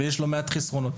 ויש לא מעט חסרונות.